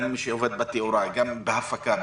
גם בהפקה,